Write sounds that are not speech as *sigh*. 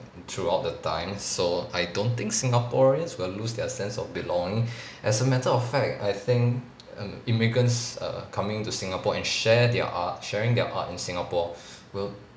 throughout the times so I don't think singaporeans will lose their sense of belonging *breath* as a matter of fact I think um immigrants err coming into singapore and share their art sharing their art in singapore *breath* will